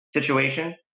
Situation